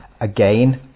again